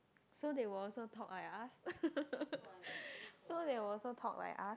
so they will also talk like us so they'll also talk like us